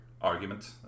argument